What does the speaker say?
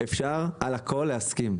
אפשר על הכול להסכים.